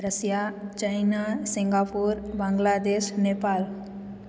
Russia China Singapore Bangladesh Nepal